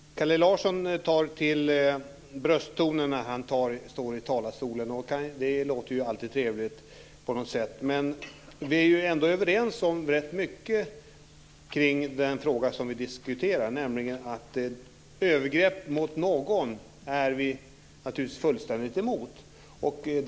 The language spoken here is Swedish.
Fru talman! Kalle Larsson tar till brösttoner när han står i talarstolen, och det låter alltid trevligt. Vi är ändå överens om rätt mycket kring den fråga som vi nu diskuterar. Vi är naturligtvis fullständigt emot övergrepp mot någon.